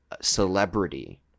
celebrity